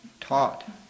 taught